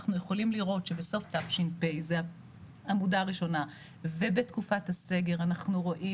אנחנו יכולים לראות שבסוף תש"פ ובתקופת הסגר אנחנו רואים